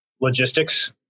logistics